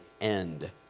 end